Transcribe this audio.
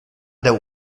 der